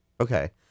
Okay